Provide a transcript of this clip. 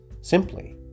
simply